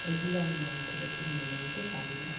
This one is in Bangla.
এগুলো আমি মন থেকে ঠিক মেনে নিতে পারি না